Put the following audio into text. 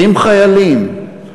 20 חיילים?